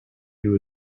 you